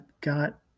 got